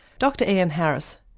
dr ian harris.